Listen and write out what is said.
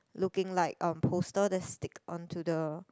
looking like a poster that stick onto the